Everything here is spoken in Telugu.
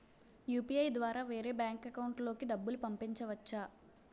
యు.పి.ఐ ద్వారా వేరే బ్యాంక్ అకౌంట్ లోకి డబ్బులు పంపించవచ్చా?